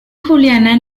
juliana